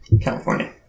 California